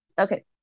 okay